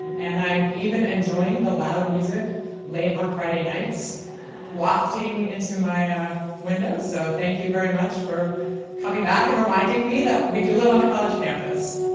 and i'm even enjoying the loud music late on friday nights wafting into my window. so thank you very much for coming back and reminding me that we do live on a college campus.